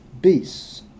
Beasts